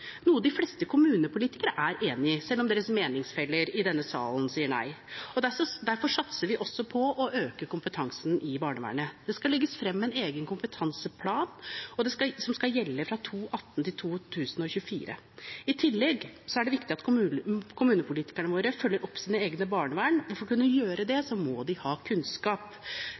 noe de fleste kommunepolitikere er enig i selv om deres meningsfeller i denne salen sier nei. Derfor satser vi også på å øke kompetansen i barnevernet. Det skal legges frem en egen kompetanseplan som skal gjelde fra 2018 til 2024. I tillegg er det viktig at kommunepolitikerne følger opp eget barnevern, og for å kunne gjøre det må de ha kunnskap.